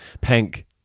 Pink